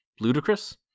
Ludicrous